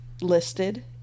listed